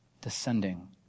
descending